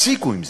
תפסיקו עם זה.